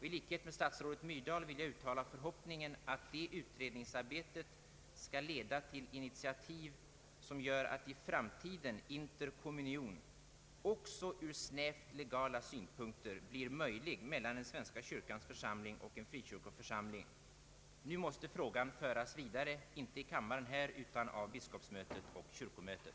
I likhet med statsrådet Myrdal vill jag uttala förhoppningen att detta utredningsarbete skall leda till initiativ som gör att i framtiden interkommunion — också från snävt legala synpunkter — blir möjlig mellan en svenska kyrkans församling och en frikyrkoförsamling. Nu måste frågan föras vidare — inte här i kammaren utan av biskopsmötet och kyrkomötet.